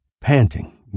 panting